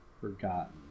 forgotten